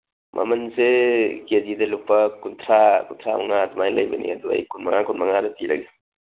ꯃꯃꯟꯁꯦ ꯀꯦ ꯖꯤꯗ ꯂꯨꯄꯥ ꯀꯨꯟꯊ꯭ꯔꯥ ꯀꯨꯟꯊ꯭ꯔꯥꯉꯥ ꯑꯗꯨꯃꯥꯏꯅ ꯂꯩꯕꯅꯤ ꯑꯗꯨ ꯑꯩ ꯀꯨꯟꯃꯉꯥ ꯀꯨꯟꯃꯉꯥꯗ ꯄꯤꯔꯒꯦ